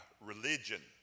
religion